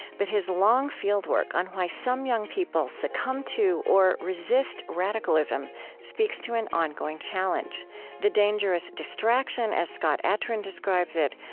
but his long fieldwork on why young people succumb to or resist radicalism speaks to an ongoing challenge the dangerous distraction, as scott atran describes it,